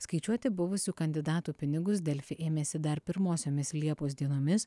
skaičiuoti buvusių kandidatų pinigus delfi ėmėsi dar pirmosiomis liepos dienomis